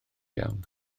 iawn